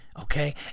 okay